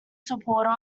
supporter